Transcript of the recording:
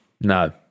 No